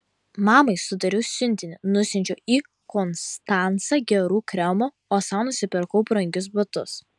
mamai sudariau siuntinį nusiunčiau į konstancą gerų kremų o sau nusipirkau brangius batus